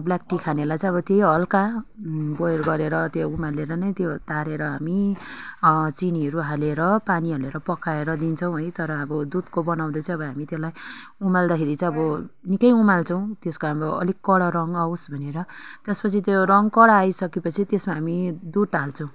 black tea खानेलाई चाहिँ अब त्यही हल्का बोयल गरेर त्यो उमालेर नै त्यो तारेर हामी चिनीहरू हालेर पानी हालेर पकाएर दिन्छौँ है तर अब दुधको बनाउँदा चाहिँ अब हामी त्यसलाई उमाल्दाखेरि चाहिँ अब निकै उमाल्छौँ त्यसको अब अलिक कडा रङ आओस् भनेर त्यस पछि त्यो रङ कडा आइसके पछि त्यसमा हामी दुध हाल्छौँ